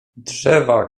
drzewa